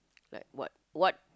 like what what